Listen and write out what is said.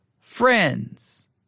friends